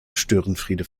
störenfriede